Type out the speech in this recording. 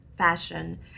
fashion